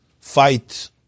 fight